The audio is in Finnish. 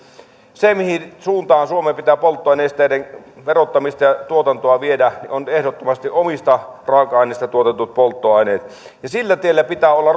se mihin suuntaan suomen pitää polttoainenesteiden verottamista ja tuotantoa viedä on ehdottomasti omista raaka aineista tuotetut polttoaineet ja sillä tiellä pitää olla